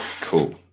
Cool